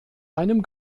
einem